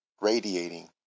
radiating